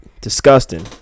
Disgusting